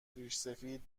ریشسفید